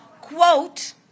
quote